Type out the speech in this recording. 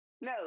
No